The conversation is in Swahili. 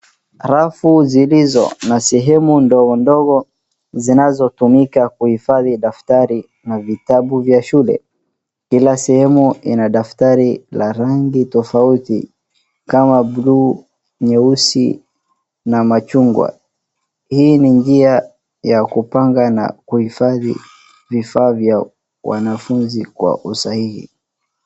Rafuu zilizo na sehemu ndogondogo zinazotumika kuifadhi daftari na vitabu vya shule. Kila sehemu ina daftari la rangi tofauti kama blue ,nyeusi na machungwa hii ni njia ya kupanga na kuhifadhi vifaa vya wanafunzi kwa usahihi.